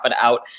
out